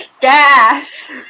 gas